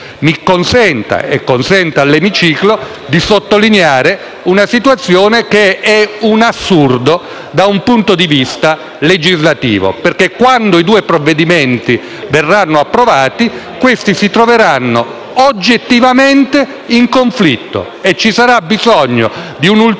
Mi consenta - e consenta all'Emiciclo - di sottolineare una situazione che è un assurdo da un punto di vista legislativo. Infatti, quando i due provvedimenti verranno approvati, questi si troveranno oggettivamente in conflitto e ci sarà bisogno di un ulteriore